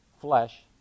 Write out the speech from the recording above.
flesh